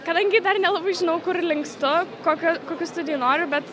kadangi dar nelabai žinau kur linkstu kokia kokių studijų noriu bet